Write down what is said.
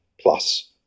plus